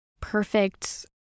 perfect